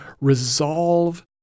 resolve